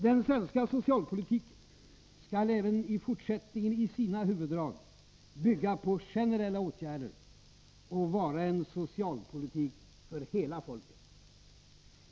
Den svenska socialpolitiken skall även i fortsättningen i sina huvuddrag bygga på generella åtgärder och vara en socialpolitik för hela folket.